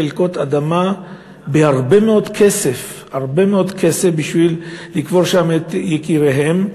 אנשים קונים חלקות אדמה בהרבה מאוד כסף בשביל לקבור שם את יקיריהם.